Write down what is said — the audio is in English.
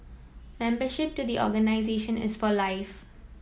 membership to the organisation is for life